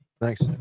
Thanks